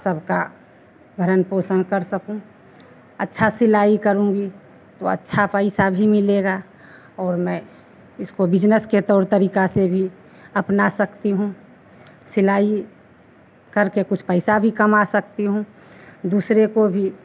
सबका भरन पोषण कर सकूँ अच्छा सिलाई करूंगी तो अच्छा पैसा भी मिलेगा और मैं इसको बिजनेस के तौर तरीका से भी अपना सकती हूँ सिलाई करके कुछ पैसा भी कमा सकती हूँ दूसरे को भी